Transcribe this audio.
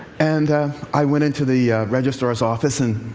and i went into the registrar's office and